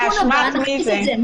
בתיקון הבא נכניס את זה.